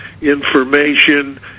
information